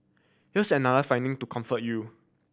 here's another finding to comfort you